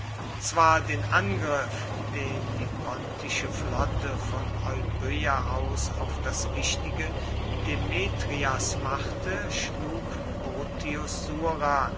zwar den angriff den die pontische flotte von euböa aus auf das wichtige demetrias machte schlug bruttius sura